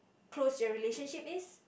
close your relationship is